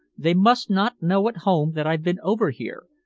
they must not know at home that i've been over here,